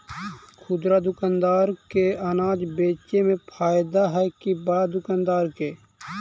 खुदरा दुकानदार के अनाज बेचे में फायदा हैं कि बड़ा दुकानदार के?